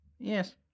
Yes